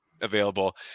available